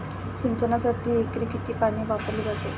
सिंचनासाठी एकरी किती पाणी वापरले जाते?